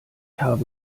habe